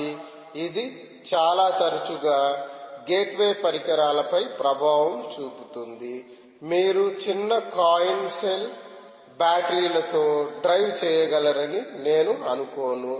కాబట్టి ఇది చాలా తరచుగా గేట్వే పరికరాలపై ప్రభావం చూపుతుంది మీరు చిన్న కాయిన్ సెల్ బ్యాటరీలతో డ్రైవ్ చేయగలరని నేను అనుకోను